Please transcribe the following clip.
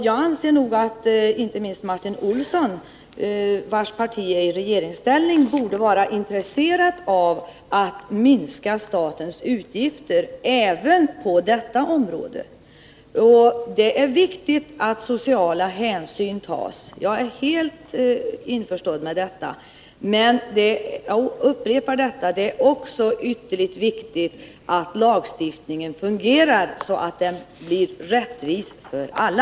Jag anser att inte minst Martin Olsson, vars parti befinner sig i regeringsställning, borde vara intresserad av att minska statens utgifter även på detta område. Det är viktigt att sociala hänsyn tas — jag är helt införstådd med det. Men jag upprepar att det också är ytterligt viktigt att lagstiftningen fungerar så att den blir rättvis för alla.